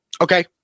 Okay